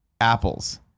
Apples